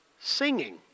singing